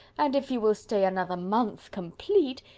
and if you will stay another month complete,